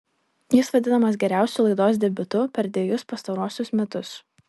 jis vadinamas geriausiu laidos debiutu per dvejus pastaruosius metus